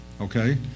Okay